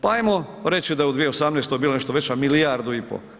Pa ajmo reći da je u 2018. bila nešto veća, milijardu i po.